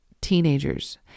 teenagers